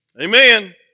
Amen